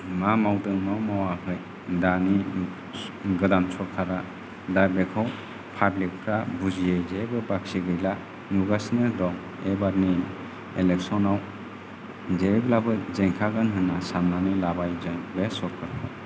मा मावदों मा मावाखै दानि गोदान सरकारा दा बेखौ पाब्लिकफ्रा बुजियै जेबो बाखि गैला नुगासिनो दं एबारनि एलेकसनाव जेब्लाबो जेनखागोन होनना साननानै लाबाय जों बे सरकारखौ